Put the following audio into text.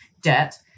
debt